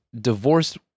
divorced